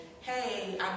hey